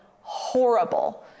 horrible